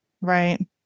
Right